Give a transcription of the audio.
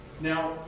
Now